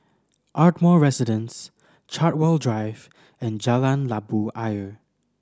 Ardmore Residence Chartwell Drive and Jalan Labu Ayer